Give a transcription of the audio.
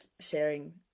sharing